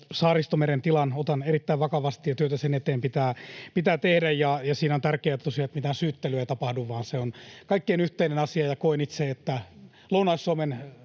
Saaristomeren tilan otan erittäin vakavasti, ja työtä sen eteen pitää tehdä. Ja siinä on tärkeää tosiaan, että mitään syyttelyä ei tapahdu, vaan se on kaikkien yhteinen asia, ja koen itse, että Lounais-Suomen